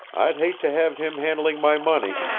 i'd hate to have him handling my money.